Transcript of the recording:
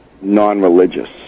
non-religious